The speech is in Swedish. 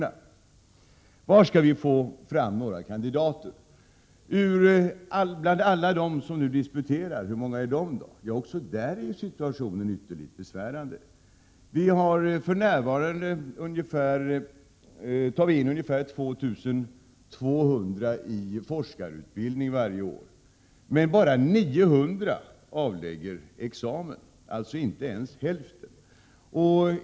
Varifrån skall vi få fram kandidater? Hur ser situationen ut bland dem som disputerar och hur många är de? Den situationen är ytterst besvärlig. För närvarande tar vi in ungefär 2 200 studerande i forskarutbildning varje år. Bara 900 avlägger emellertid examen, dvs. inte ens hälften.